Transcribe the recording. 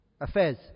affairs